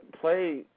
play